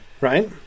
right